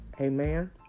Amen